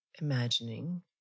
imagining